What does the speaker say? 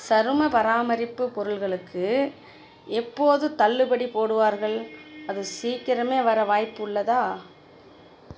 சரும பராமரிப்பு பொருட்களுக்கு எப்போது தள்ளுபடி போடுவார்கள் அது சீக்கிரம் வர வாய்ப்புள்ளதா